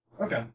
Okay